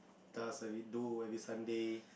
does do every Sunday